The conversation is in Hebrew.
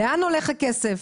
לאן הולך הכסף,